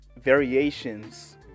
variations